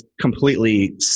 completely